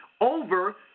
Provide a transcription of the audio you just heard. over